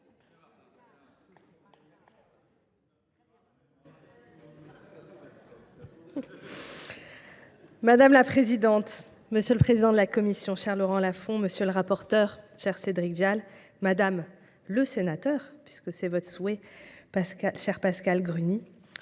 Madame la présidente, monsieur le président de la commission, cher Laurent Lafon, monsieur le rapporteur, cher Cédric Vial, madame le sénateur – puisque c’est votre souhait –, chère Pascale Gruny,